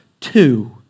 two